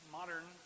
modern